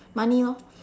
money lor